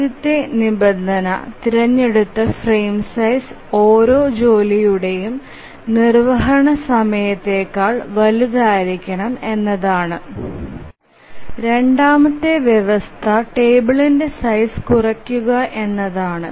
ആദ്യത്തെ നിബന്ധന തിരഞ്ഞെടുത്ത ഫ്രെയിം സൈസ് ഓരോ ജോലിയുടെയും നിർവ്വഹണ സമയത്തേക്കാൾ വലുതായിരിക്കണം എന്നതാണ് രണ്ടാമത്തെ വ്യവസ്ഥ ടേബിൾന്ടെ സൈസ് കുറയ്ക്കുക എന്നതാണ്